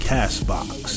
CastBox